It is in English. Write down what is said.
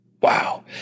Wow